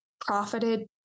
profited